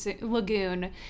lagoon